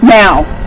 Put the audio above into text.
now